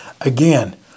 Again